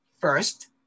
first